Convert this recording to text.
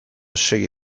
segi